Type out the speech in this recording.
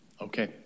Okay